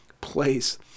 place